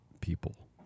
people